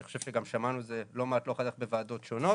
אני חושב ששמענו את זה לא מעט בוועדות שונות,